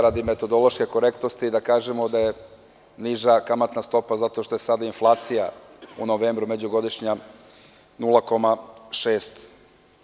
Radi metodološke korektnosti da kažemo da je niža kamatna stopa zato što je inflacija u novembru međugodišnja 0,6%